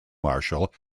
marshal